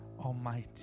Almighty